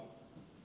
hyvä